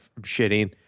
shitting